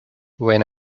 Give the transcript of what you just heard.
when